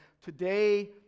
Today